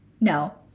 No